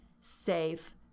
safe